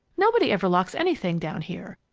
nobody ever locks anything down here,